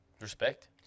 Respect